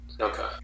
Okay